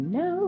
no